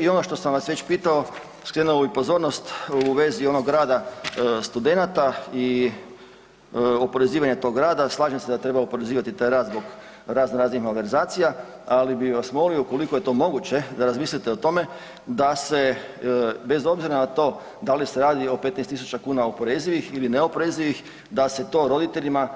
I ono što sam vas već pitao, skrenuo bih pozornost u vezi onog rada studenata i oporezivanja tog rada, slažem se da treba oporezivati taj rad zbog raznoraznih malverzacija, ali bih vas molio ukoliko je to moguće da razmislite o tome da se bez obzira na to da li se radi o 15 tisuća kuna oporezivih ili neoporezivih da se to roditeljima